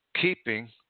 keeping